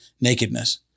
nakedness